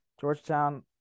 Georgetown